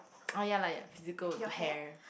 ah ya lah ya physical will be hair